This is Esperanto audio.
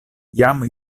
jam